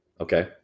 Okay